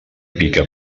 pica